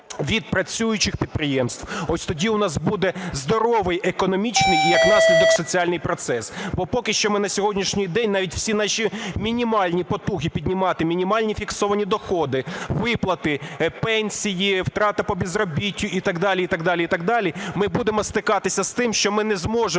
від працюючих підприємств. Ось тоді у нас буде здоровий економічний і, як наслідок, соціальний процес. Бо поки що ми на сьогоднішній день навіть всі наші мінімальні потуги піднімати мінімальні фіксовані доходи, виплати, пенсії, втрата по безробіттю і так далі, і так далі, і так далі. Ми будемо стикатися з тим, що ми не зможемо